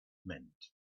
meant